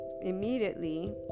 immediately